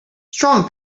strong